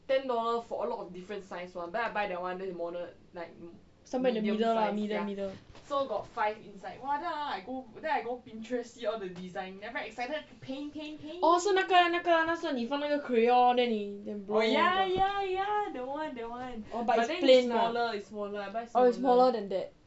somewhere in the middle lah orh 是那个那个那时候你放哪个 crayon then 你 paint 那个 oh but then it's plain lah oh it's smaller than that